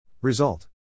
Result